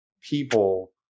people